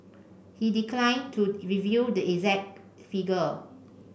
he declined to reveal the exact figure